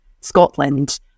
Scotland